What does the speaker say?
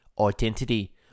identity